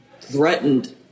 threatened